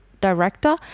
director